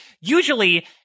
usually